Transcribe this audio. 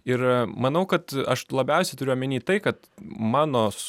ir manau kad aš labiausiai turiu omeny tai kad mano